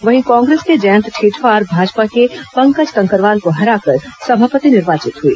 वहीं कांग्रेस के जयंत ठेठवार भाजपा के पंकज कंकरवाल को हराकर सभापति निर्वाचित हुए